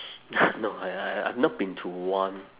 no I I have not been to one